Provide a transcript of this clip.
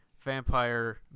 vampire